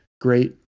great